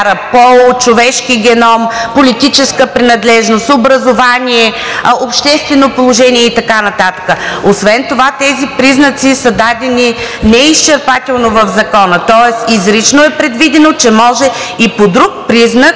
пол, човешки геном, политическа принадлежност, образование, обществено положение и така нататък. Освен това тези признаци са дадени неизчерпателно в Закона. Тоест изрично е предвидено, че може и по друг признак,